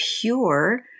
pure